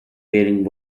wearing